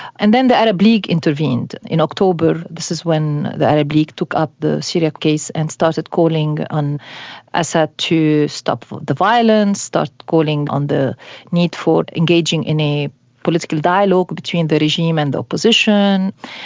and then the arab league intervened. in october, this is when the arab league took up the syria case and started calling on assad to stop the violence, started calling on the need for engaging in a political dialogue between the regime and the opposition.